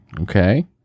Okay